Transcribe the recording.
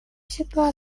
всегда